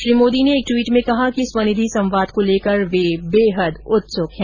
श्री मोदी ने एक ट्वीट में कहा कि स्वनिधि संवाद को लेकर वे बेहद उत्सुक हैं